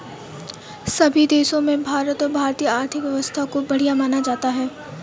सभी देशों में भारत और भारतीय आर्थिक व्यवस्था को बढ़िया माना जाता है